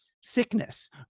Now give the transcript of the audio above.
sickness